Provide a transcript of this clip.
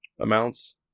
amounts